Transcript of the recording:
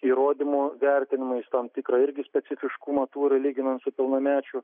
įrodymų vertinimais tam tikrą irgi specifiškumą tūri lyginant su pilnamečiu